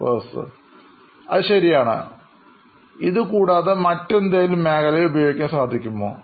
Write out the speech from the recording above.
professor ആ പറഞ്ഞത് ശരിയാണ് ഇതു കൂടാതെ മറ്റേതെങ്കിലും മേഖലയിൽ ഉപയോഗിക്കാൻ സാധിക്കുമോ